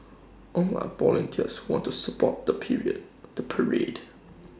all are volunteers want to support the period the parade